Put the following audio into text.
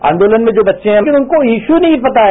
आंदोलन में जो बच्चे हैं अमी उनको इश्यू ही नहीं पता है